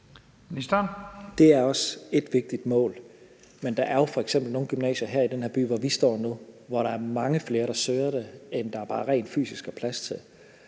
Det er også et vigtigt mål, men der er jo f.eks. nogle gymnasier her i den her by, somm vi står i nu, hvor der er mange flere, der søger det, end der rent fysisk er plads til.